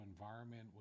environment